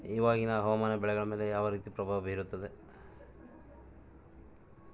ಇವಾಗಿನ ಹವಾಮಾನ ಬೆಳೆಗಳ ಮೇಲೆ ಯಾವ ರೇತಿ ಪ್ರಭಾವ ಬೇರುತ್ತದೆ?